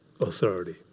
authority